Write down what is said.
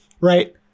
right